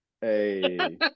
Hey